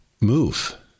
move